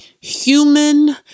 human